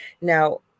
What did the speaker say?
now